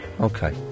Okay